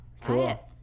Cool